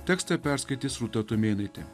tekstą perskaitys rūta tumėnaitė